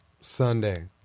Sunday